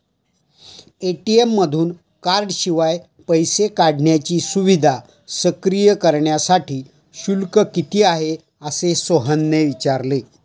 ATM मधून कार्डशिवाय पैसे काढण्याची सुविधा सक्रिय करण्यासाठी शुल्क किती आहे, असे सोहनने विचारले